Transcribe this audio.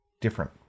Different